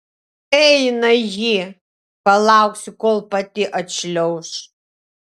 eina ji palauksiu kol pati atšliauš